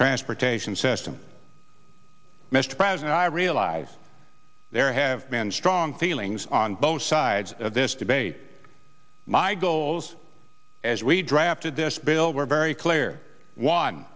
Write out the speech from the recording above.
transportation system mr president i realize there have been strong feelings on both sides of this debate my goals as we draw after this bill we're very clear one